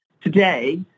Today